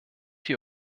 die